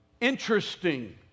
interesting